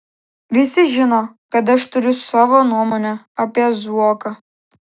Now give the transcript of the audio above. visi žino kad aš turiu savo nuomonę apie zuoką